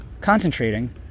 concentrating